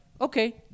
okay